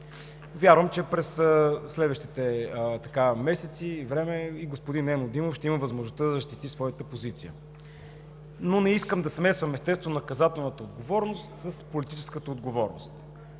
Вярвам, че през следващите месеци и време господин Нено Димов ще има възможността да защити своята позиция, но не искам да смесвам естествено наказателната отговорност с политическата отговорност.